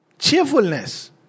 Cheerfulness